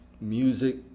music